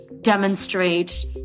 demonstrate